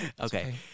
okay